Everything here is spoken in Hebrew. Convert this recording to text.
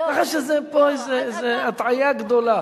ככה שזאת פה הטעיה גדולה.